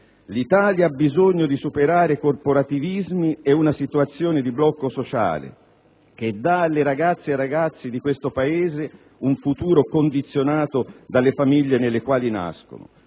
L'Italia ha bisogno di superare i corporativismi ed una situazione di blocco sociale che dà alle ragazze e ai ragazzi di questo Paese un futuro condizionato dalle famiglie nelle quali nascono,